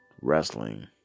wrestling